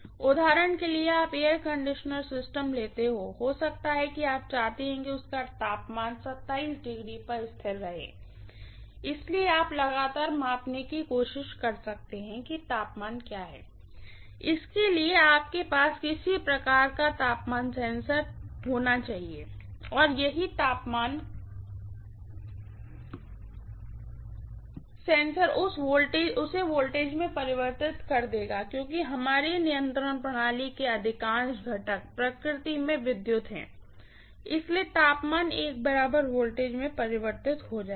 उदाहरण के लिए आप एक एयर कंडीशनिंग सिस्टम लेते हैं हो सकता है कि आप चाहते हैं कि तापमान हमेशा पर स्थिर रहे इसलिए आप लगातार मापने की कोशिश कर सकते हैं कि तापमान क्या है इसके लिए आपके पास किसी प्रकार का तापमान सेंसर तापमान सेंसर हो सकता है और यही तापमान सेंसर उसे वोल्टेज में परिवर्तित कर देगा क्योंकि हमारे नियंत्रण प्रणाली के अधिकांश घटक प्रकृति में विद्युत हैं इसलिए तापमान एक बराबर वोल्टेज में परिवर्तित हो जाएगा